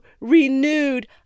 renewed